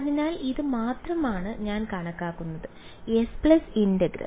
അതിനാൽ ഇത് മാത്രമാണ് ഞാൻ കണക്കാക്കുന്നത് S ഇന്റഗ്രൽ